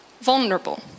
vulnerable